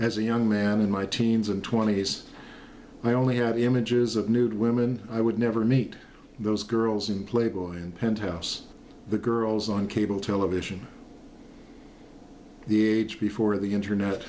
as a young man in my teens and twenties i only have images of nude women i would never meet those girls in playboy and penthouse the girls on cable television the age before the internet